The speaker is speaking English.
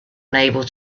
unable